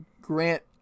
Grant